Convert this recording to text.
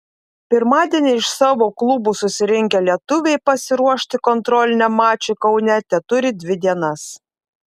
pirmadienį iš savo klubų susirinkę lietuviai pasiruošti kontroliniam mačui kaune teturi dvi dienas